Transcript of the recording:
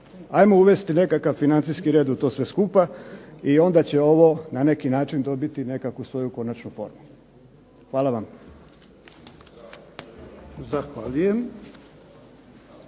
Ajmo uvesti nekakav financijski red u to sve skupa i onda će ovo na neki način konačno dobiti nekakvu formu. Hvala vam.